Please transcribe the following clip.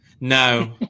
No